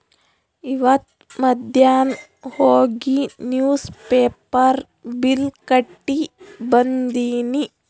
ಇವತ್ ಮಧ್ಯಾನ್ ಹೋಗಿ ನಿವ್ಸ್ ಪೇಪರ್ ಬಿಲ್ ಕಟ್ಟಿ ಬಂದಿನಿ